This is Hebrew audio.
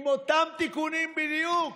עם אותם תיקונים בדיוק